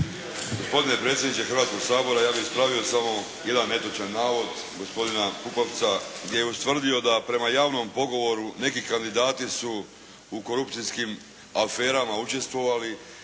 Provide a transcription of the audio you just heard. Gospodine predsjedniče Hrvatskog sabora ja bih ispravio samo jedan netočan navod gospodina Pupovca gdje je ustvrdio da prema javnom pogovoru neki kandidati su u korupcijskim aferama učestvovali.